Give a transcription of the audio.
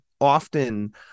often